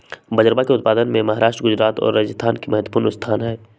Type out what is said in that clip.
बजरवा के उत्पादन में महाराष्ट्र गुजरात और राजस्थान के महत्वपूर्ण स्थान हई